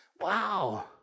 wow